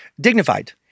Dignified